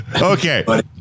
Okay